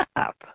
up